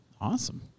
Awesome